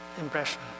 impression